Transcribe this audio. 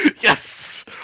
Yes